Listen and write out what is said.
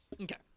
Okay